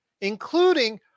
including